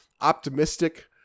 optimistic